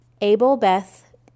Abel-beth-